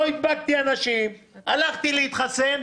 לא הדבקתי אנשים, הלכתי להתחסן.